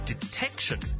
detection